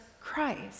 Christ